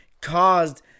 caused